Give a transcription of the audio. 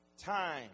Time